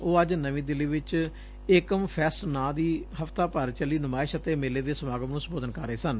ਉਹ ਅੱਜ ਨਵੀ ਦਿੱਲੀ ਵਿਚ ਏਕਮ ਫੈਸਟ ਨਾਂ ਦੀ ਹਫ਼ਤਾਭਰ ਚੱਲੀ ਨੁਮਾਇਸ਼ ਅਤੇ ਮੇਲੇ ਦੇ ਸਮਾਗਮ ਨੁੰ ਸੰਬੋਧਨ ਕਰ ਰਹੇ ਸਨ